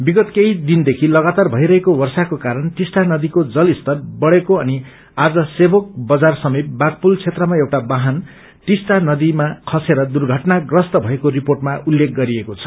विगत केवी दिनदेखि लगातार भइरहेको वर्षाको कारण टिस्टा नदीको जलस्तर बढ़ेको अनि आज सेवोक बजार समिप बाघपूल क्षेत्रमा एउटा वाहन टिस्टा नदीमा खसेर दुर्घटनाप्रस्त भएको रिपोर्टमा उल्लेख गरिएको छ